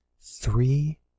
Three